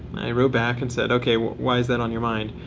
i wrote back and said, ok, why is that on your mind?